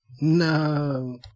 No